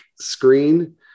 screen